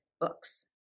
books